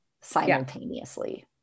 simultaneously